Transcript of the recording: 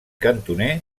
cantoner